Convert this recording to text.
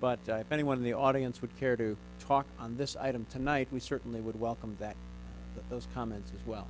but anyone in the audience would care to talk on this item tonight we certainly would welcome that those comments as well